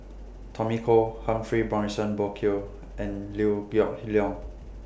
Tommy Koh Humphrey Morrison Burkill and Liew Geok Leong